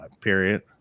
period